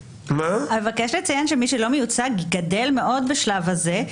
אבקש לציין שמי שלא מיוצג גדל מאוד בשלב זה,